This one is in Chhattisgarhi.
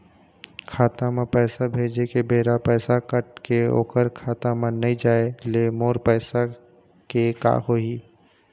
खाता म पैसा भेजे के बेरा पैसा कट के ओकर खाता म नई जाय ले मोर पैसा के का होही?